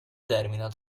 terminal